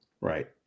Right